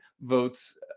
votes